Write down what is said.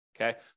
Okay